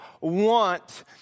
want